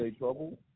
Trouble